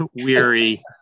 weary